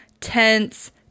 tense